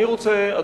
אני רוצה,